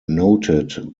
noted